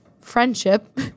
friendship